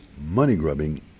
money-grubbing